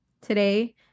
Today